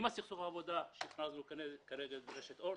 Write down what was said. עם סכסוך העבודה שעליו הכרזנו כנגד רשת אורט,